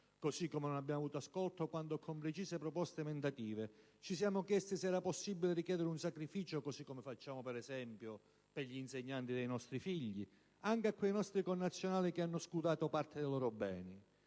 Così come non abbiamo avuto ascolto quando, con precise proposte emendative, ci siamo chiesti se era possibile richiedere un sacrificio, così come facciamo per esempio per gli insegnanti dei nostri figli, anche a quei nostri connazionali che hanno "scudato" parte dei loro beni: